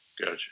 Gotcha